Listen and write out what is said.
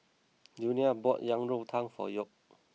Junia bought Yang Rou Tang for York